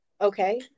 Okay